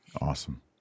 Awesome